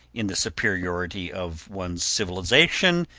in the superiority of one's civilization,